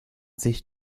sich